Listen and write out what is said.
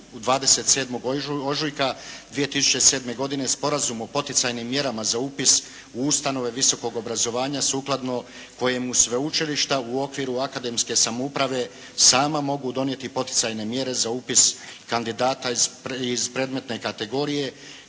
27. ožujka 2007. godine sporazum o poticajnim mjerama za upis u ustanove visokog obrazovanja sukladno kojemu sveučilišta u okviru akademske samouprave sama mogu donijeti poticajne mjere za upis kandidata iz predmetne kategorije